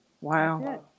wow